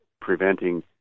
preventing